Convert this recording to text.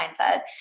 mindset